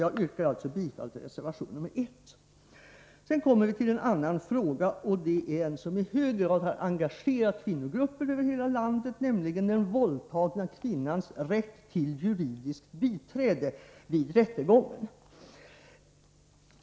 Jag yrkar alltså bifall till reservation nr 1. Vi kommer sedan till en annan fråga, som i hög grad har engagerat kvinnogrupper över hela landet, nämligen den våldtagna kvinnans rätt till juridiskt biträde vid rättegången.